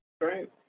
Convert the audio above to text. right